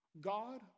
God